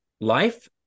life